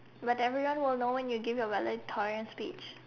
but everyone will know when you give your valedictorian speech